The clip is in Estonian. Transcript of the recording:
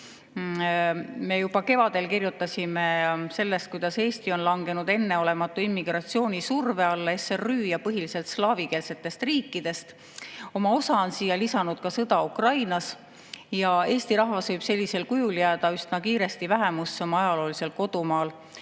Me juba kevadel kirjutasime sellest, kuidas Eesti on langenud enneolematu immigratsioonisurve alla SRÜ-st ja [teistest] põhiliselt slaavikeelsetest riikidest. Oma osa sellesse on lisanud sõda Ukrainas. Eesti rahvas võib sellises [olukorras] jääda üsna kiiresti vähemusse oma ajaloolisel kodumaal.